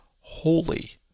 holy